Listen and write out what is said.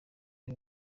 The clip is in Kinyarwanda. y’u